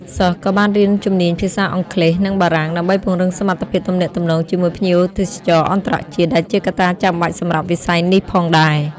សិស្សក៏បានរៀនជំនាញភាសាអង់គ្លេស និងបារាំង ដើម្បីពង្រឹងសមត្ថភាពទំនាក់ទំនងជាមួយភ្ញៀវទេសចរណ៍អន្តរជាតិ ដែលជាកត្តាចាំបាច់សម្រាប់វិស័យនេះផងដែរ។